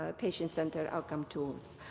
ah patient-centered outcome tools.